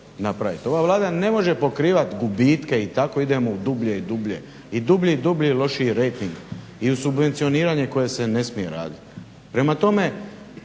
Ova Vlada ne može pokrivati gubitke i tako idemo u dublje i dublje, i dublji i dublji i lošiji rejting i u subvencioniranje koje se ne smije raditi. Prema tome,